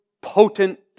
potent